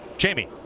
jamie.